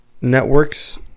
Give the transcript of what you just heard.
networks